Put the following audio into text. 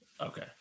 Okay